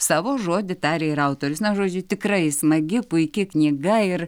savo žodį taria ir autorius na žodžiu tikrai smagi puiki knyga ir